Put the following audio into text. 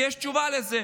יש תשובה לזה.